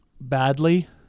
badly